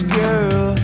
girl